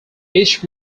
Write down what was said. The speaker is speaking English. each